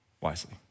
wisely